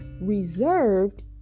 reserved